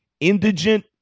indigent